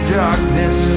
darkness